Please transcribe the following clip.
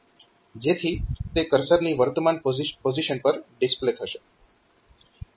જેથી તે કર્સરની વર્તમાન પોઝીશન પર ડિસ્પ્લે થશે